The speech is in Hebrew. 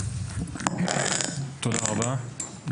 תודה רבה.